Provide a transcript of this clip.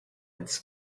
its